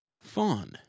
Fawn